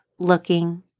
looking